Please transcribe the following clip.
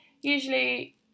usually